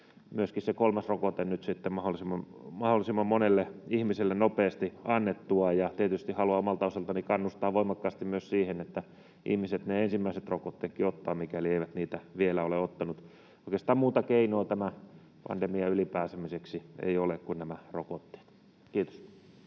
se kolmas rokote mahdollisimman monelle ihmiselle nopeasti annettua. Tietysti haluan omalta osaltani kannustaa voimakkaasti myös siihen, että ihmiset ne ensimmäisetkin rokotteet ottavat, mikäli eivät niitä vielä ole ottaneet. Oikeastaan muuta keinoa tämän pandemian yli pääsemiseksi ei ole kuin nämä rokotteet. — Kiitos.